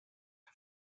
her